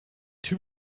typ